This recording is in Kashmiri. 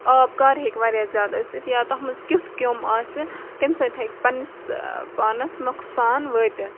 آب کر ہٮ۪کہِ واریاہ زیادٕ ٲسِتھ یا تَتھ منٛز کیُتھ کیٚوم آسہِ تَمہِ سۭتۍ ہٮ۪کہِ پَنٕنِس پانَس نۄقصان وٲتِتھ